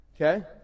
okay